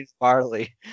barley